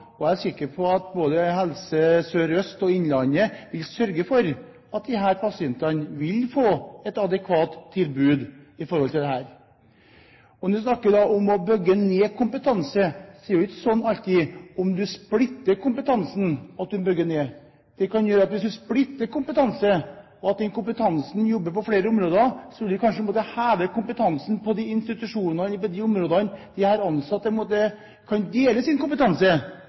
og jeg er sikker på at både Helse Sør-Øst og Sykehuset Innlandet vil sørge for at disse pasientene får et adekvat tilbud. Når man snakker om å bygge ned kompetanse, er det ikke alltid sånn at om du splitter kompetansen, så bygger du ned. Hvis du splitter kompetansen og den kompetansen jobber på flere områder, vil man kanskje måtte heve kompetansen i institusjonene på de områdene ved at de ansatte kan dele sin kompetanse